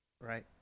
Right